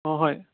অ' হয়